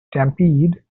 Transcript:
stampede